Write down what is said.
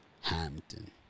Hampton